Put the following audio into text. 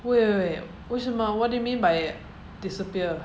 wait wait wait 为什么 what do you mean by disappear